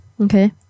okay